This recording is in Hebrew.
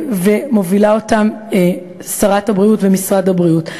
ומובילה אותה שרת הבריאות, ומשרד הבריאות.